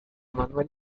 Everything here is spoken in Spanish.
manuel